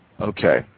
Okay